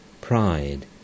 pride